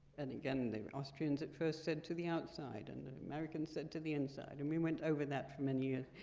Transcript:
and again, the austrians at first said to the outside, and americans said to the inside, and we went over that for many years.